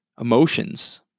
emotions